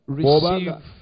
receive